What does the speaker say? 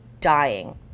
dying